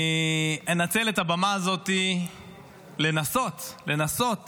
אני אנצל את הבמה הזאת לנסות, לנסות